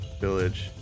village